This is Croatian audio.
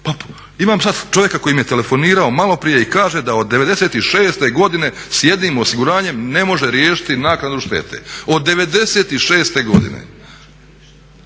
imam sad čovjeka koji mi je telefonirao maloprije i kaže da od '96. godine s jednim osiguranjem ne može riješiti naknadu štete. Od '96. godine!